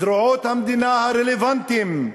זרועות המדינה הרלוונטיות,